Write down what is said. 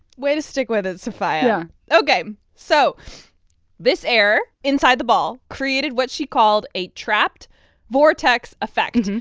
way to stick with it, sofia yeah ok, so this air inside the ball created what she called a trapped vortex effect. and